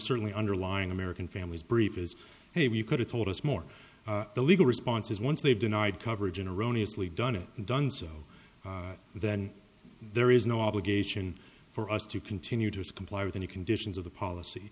certainly underlying american families brief is hey we could have told us more the legal response is once they've denied coverage an erroneous lee done it and done so then there is no obligation for us to continue to comply with any conditions of the policy